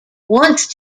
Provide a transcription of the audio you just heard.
once